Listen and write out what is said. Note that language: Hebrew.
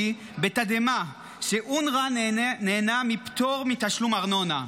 בתדהמה שאונר"א נהנה מפטור מתשלום ארנונה.